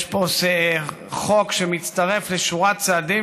יש פה חוק שמצטרף לשורת צעדים.